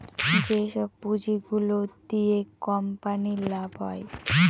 যেসব পুঁজি গুলো দিয়া কোম্পানির লাভ হয়